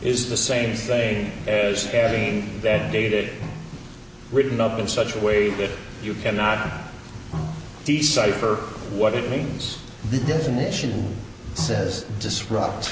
is the same thing as having that dated written up in such a way that you cannot decipher what it means the definition says disrupt